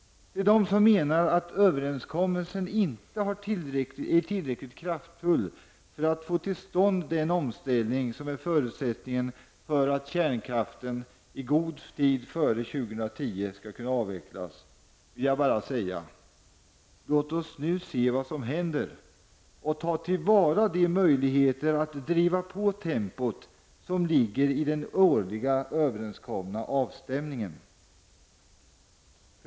Till dem som menar att överenskommelsen inte är tillräckligt kraftfull för att få till stånd den omställning som är förutsättningen för att kärnkraften skall kunna avvecklas till 2010 vill jag bara säga: Låt oss nu se vad som händer och låt oss ta till vara de möjligheter att driva på tempot som ligger i de överenskomna årliga avstämningarna.